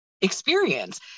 experience